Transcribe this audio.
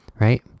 right